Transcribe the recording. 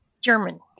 German